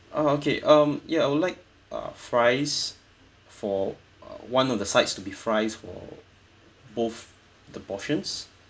uh okay um ya I would like uh fries for one of the sides to be fries for both the portions